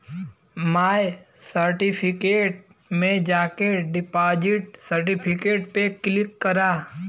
माय certificate में जाके deposit certificate पे क्लिक करा